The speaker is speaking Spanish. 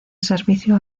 servicio